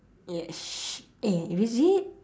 yes eh is it